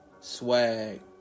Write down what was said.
swag